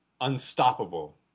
unstoppable